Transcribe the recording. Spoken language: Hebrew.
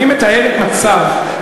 אני מתאר מצב.